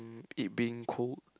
it being cold